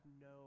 no